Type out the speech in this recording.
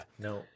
No